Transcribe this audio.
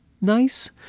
nice